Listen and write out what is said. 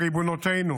בריבונותנו,